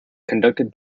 conducted